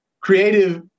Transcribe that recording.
creative